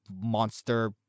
monster